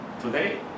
Today